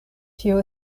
tio